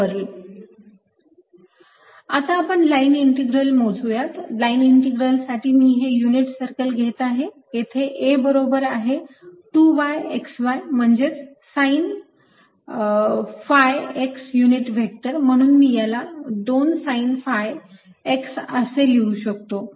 zdxdy 2π आता आपण line integral मोजूयात लाईन इंटिग्रलसाठी मी हे युनिट सर्कल घेत आहे येथे A बरोबर आहे 2 y x y म्हणजेच आहे sine phi x unit vector म्हणून मी याला 2 sine phi x असे लिहू शकतो